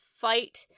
fight